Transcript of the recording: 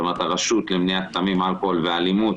זאת אומרת, הרשות למניעת סמים, אלכוהול ואלימות